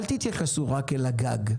אל תתייחסו רק אל הגג.